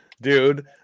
dude